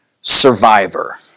survivor